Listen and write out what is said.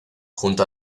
junto